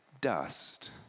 dust